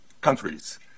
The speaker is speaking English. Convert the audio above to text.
countries